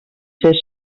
ser